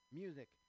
music